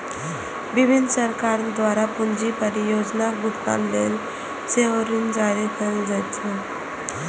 विभिन्न सरकार द्वारा पूंजी परियोजनाक भुगतान लेल सेहो ऋण जारी कैल जाइ छै